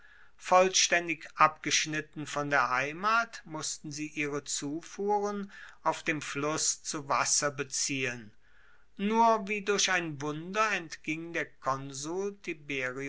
vollstaendig abgeschnitten von der heimat mussten sie ihre zufuhren auf dem fluss zu wasser beziehen nur wie durch ein wunder entging der konsul